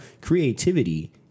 creativity